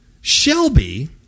Shelby